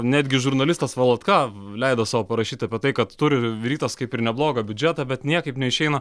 netgi žurnalistas valotka leido sau parašyt apie tai kad turi rytas kaip ir neblogą biudžetą bet niekaip neišeina